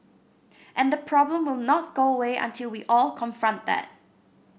and the problem will not go away until we all confront that